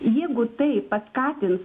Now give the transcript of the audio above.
jeigu tai paskatin